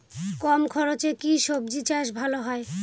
কম খরচে কি সবজি চাষ ভালো হয়?